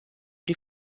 die